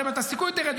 פרמיית הסיכון תרד,